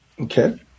Okay